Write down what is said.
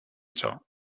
ciò